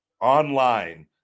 online